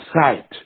sight